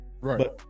right